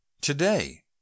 today